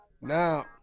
Now